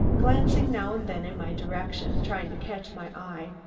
glancing now and then in my direction, trying to catch my eye,